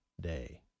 day